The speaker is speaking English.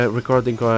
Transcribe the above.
recording